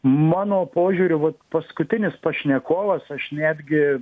mano požiūriu vat paskutinis pašnekovas aš netgi